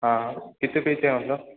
हाँ कितने पेज का है आपका